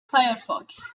firefox